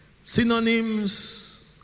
Synonyms